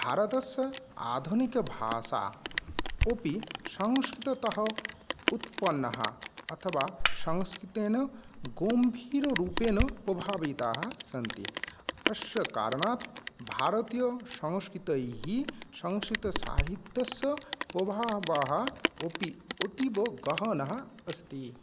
भारतस्य आधुनिकभाषा अपि संस्कृततः उत्पन्नः अथवा संस्कृतेन गम्भीररूपेण प्रभाविताः सन्ति अस्य कारणात् भारतीयसंस्कृतैः संस्कृतसाहित्यस्य प्रभावः अपि अतीव गहनः अस्ति